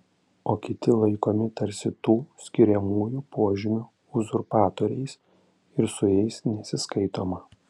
o kiti laikomi tarsi tų skiriamųjų požymių uzurpatoriais ir su jais nesiskaitoma